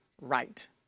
right